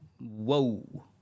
whoa